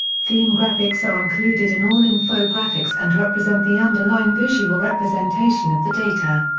theme graphics are included in all infographics and represent the underlying visual representation of the data.